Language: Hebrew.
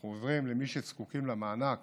אנחנו עוזרים למי שזקוקים למענק